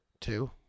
two